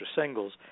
singles